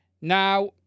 Now